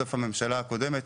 בסוף הממשלה הקודמת